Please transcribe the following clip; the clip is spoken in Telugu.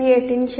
మీ attention